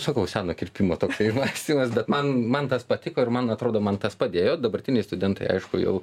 sakau seno kirpimo toksai mąstymas bet man man tas patiko ir man atrodo man tas padėjo dabartiniai studentai aišku jau